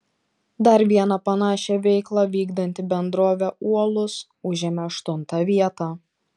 dar viena panašią veiklą vykdanti bendrovė uolus užėmė aštuntą vietą